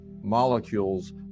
molecules